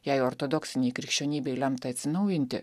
jei ortodoksinei krikščionybei lemta atsinaujinti